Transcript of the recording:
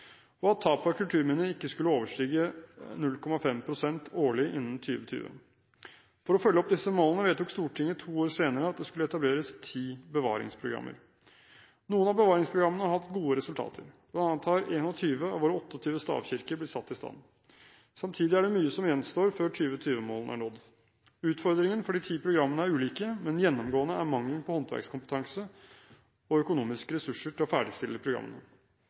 og om at tap av kulturminner ikke skulle overstige 0,5 pst. årlig innen 2020. For å følge opp disse målene vedtok Stortinget to år senere at det skulle etableres ti bevaringsprogrammer. Noen av bevaringsprogrammene har hatt gode resultater, bl.a. har 21 av våre 28 stavkirker blitt satt i stand. Samtidig er det mye som gjenstår før 2020-målene er nådd. Utfordringen for de ti programmene er ulike, men gjennomgående er det mangel på håndverkskompetanse og økonomiske ressurser til å ferdigstille programmene.